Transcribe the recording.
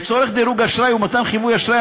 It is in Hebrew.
לצורך דירוג אשראי ומתן חיווי אשראי,